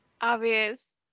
obvious